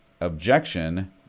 objection